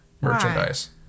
merchandise